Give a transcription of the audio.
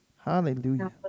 Hallelujah